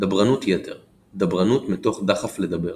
דברנות יתר; דברנות מתוך דחף לדבר